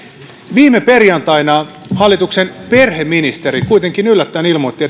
viime perjantaina hallituksen perheministeri kuitenkin yllättäen ilmoitti